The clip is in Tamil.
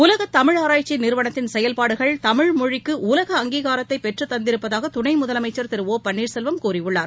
உலகத் தமிழ் ஆராய்ச்சி நிறுவனத்தின் செயல்பாடுகள் தமிழ் மொழிக்கு உலக அங்கீகாரத்தை பெற்றுத் தந்திருப்பதாக துணை முதலமைச்சர் திரு ஓ பன்னீர் செல்வம் கூறியுள்ளார்